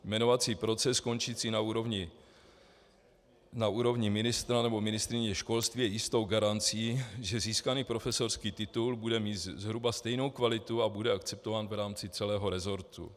Jmenovací proces končící na úrovni ministra nebo ministryně školství je jistou garancí, že získaný profesorský titul bude mít zhruba stejnou kvalitu a bude akceptován v rámci celého rezortu.